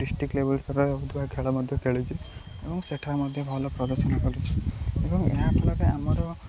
district ଲେବୁଲ୍ ଖେଳ ମଧ୍ୟ ଖେଳୁଛି ଏବଂ ସେଠାରେ ମଧ୍ୟ ଭଲ ପ୍ରଦର୍ଶନ କରୁଛି ଏବଂ ଏହା ଫଳରେ ଆମର